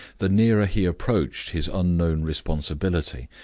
the nearer he approached his unknown responsibility,